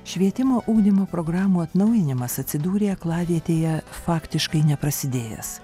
švietimo ugdymo programų atnaujinimas atsidūrė aklavietėje faktiškai neprasidėjęs